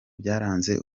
byaranze